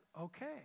okay